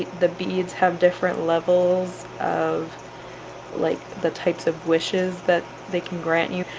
the beads have different levels of like the types of wishes that they can grant you,